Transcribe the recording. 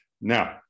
Now